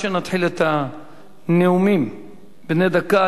עד שנתחיל בנאומים בני דקה,